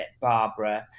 Barbara